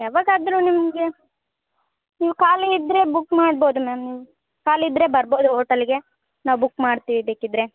ಯಾವಾಗ ಆದರು ನಿಮಗೆ ನೀವು ಖಾಲಿ ಇದ್ದರೆ ಬುಕ್ ಮಾಡ್ಬೌದು ಮ್ಯಾಮ್ ಖಾಲಿ ಇದ್ದರೆ ಬರ್ಬೌದು ಓಟೆಲ್ಗೆ ನಾವು ಬುಕ್ ಮಾಡ್ತೀವಿ ಬೇಕಿದ್ದರೆ